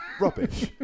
Rubbish